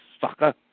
sucker